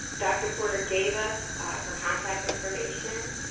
dr. porter gave us her contact information.